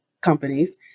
companies